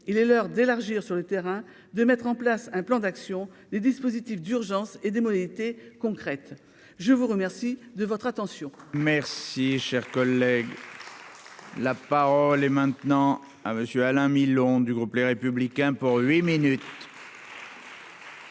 il est l'heure d'élargir sur le terrain, de mettre en place un plan d'action des dispositifs d'urgence et des modalités concrètes, je vous remercie de votre attention.